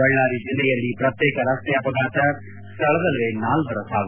ಬಳ್ಳಾರಿ ಜಿಲ್ಲೆಯಲ್ಲಿ ಪ್ರತ್ಯೇಕ ರಸ್ತೆ ಅಪಘಾತ ಸ್ಥಳದಲ್ಲೇ ನಾಲ್ವರ ಸಾವು